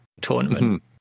tournament